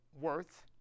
Worth